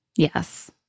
Yes